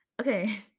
Okay